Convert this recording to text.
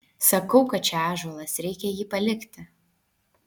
sakau kad čia ąžuolas reikia jį palikti